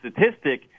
statistic